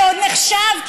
שעוד נחשב,